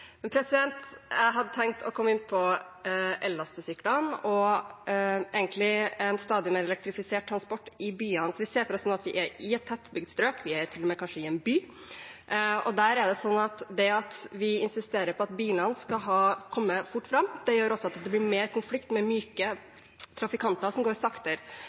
men det er en kommune som lever mye av fiskeri og landbruk. Derfor var det ikke tilfeldig at jeg også nevnte politikken vår for å styrke fisket og landbruket i Norge. Jeg hadde tenkt å komme inn på ellastesyklene og en stadig mer elektrifisert transport i byene. Vi ser for oss at vi er i et tettbygd strøk, vi er kanskje til og med i en by. Der er det sånn at det at vi insisterer på at bilene skal